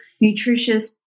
nutritious